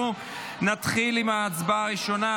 אנחנו נתחיל עם ההצעה הראשונה,